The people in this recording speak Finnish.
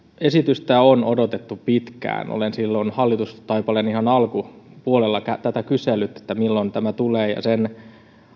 esitystä on odotettu pitkään olen silloin hallitustaipaleen ihan alkupuolella tätä kysellyt milloin tämä tulee ja sen